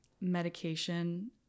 medication